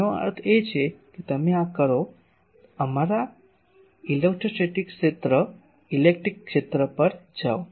તેનો અર્થ એ કે તમે આ કરો અમારા ઇલેક્ટ્રોસ્ટેટિક ક્ષેત્ર ઇલેક્ટ્રિક ક્ષેત્ર પર જાઓ